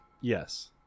Yes